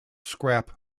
scrap